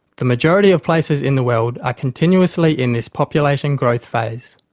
the majority of places in the world are continuously in this population growth phase,